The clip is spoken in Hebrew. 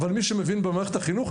אבל מי שמבין במערכת החינוך,